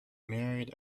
married